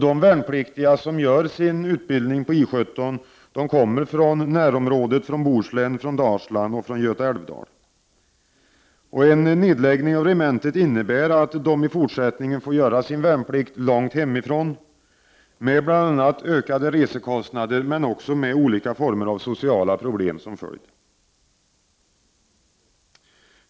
De värnpliktiga som gör sin utbildning på I 17 kommer från närområdet, från Bohuslän, Dalsland och Göta älvdal. En nedläggning av regementet innebär att de i fortsättningen kommer att få göra sin värnplikt långt hemifrån, med bl.a. ökade reskostnader och olika former av sociala problem som följd.